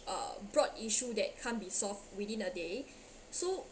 uh broad issue that can't be solved within a day so